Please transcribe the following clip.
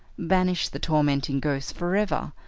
banished the tormenting ghosts forever,